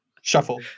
Shuffle